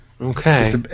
Okay